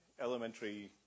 Elementary